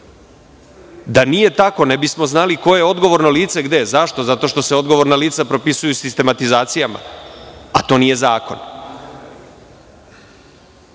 Da nije tako, ne bismo znali ko je odgovorno lice gde. Zašto? Zato što se odgovorna lica propisuju sistematizacijama, a to nije zakon.